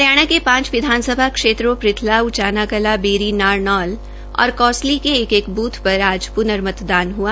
हरियाणा के पांच विधानसभा क्षेत्रों पथला उचानाकलां बेरी नारनौत और कोसली के एक एक बृथ पर आज पुर्न मतदान हआ